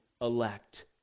elect